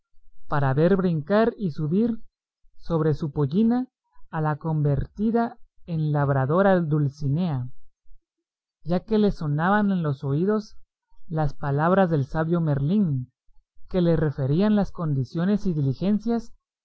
ya ver brincar y subir sobre su pollina a la convertida en labradora dulcinea ya que le sonaban en los oídos las palabras del sabio merlín que le referían las condiciones y diligencias